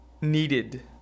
needed